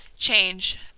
change